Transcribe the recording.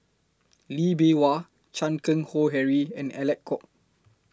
Lee Bee Wah Chan Keng Howe Harry and Alec Kuok